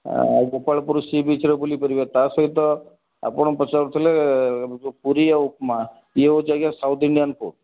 ଆ ଗୋପାଳପୁର ସିବିଚ୍ରେ ବୁଲି ପାରିବେ ତା' ସହିତ ଆପଣ ପଚାରୁଥିଲେ ଯେଉଁ ପୁରି ଉପମା ୟେ ହେଉଛି ଆଜ୍ଞା ସାଉଥ୍ ଇଣ୍ଡିଆନ୍ ଫୁଡ଼